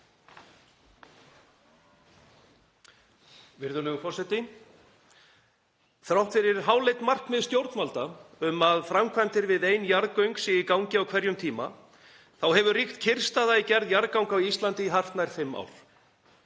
Virðulegur forseti. Þrátt fyrir háleit markmið stjórnvalda um að framkvæmdir við ein jarðgöng séu í gangi á hverjum tíma hefur ríkt kyrrstaða í gerð jarðganga á Íslandi í hartnær fimm ár.